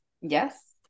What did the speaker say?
Yes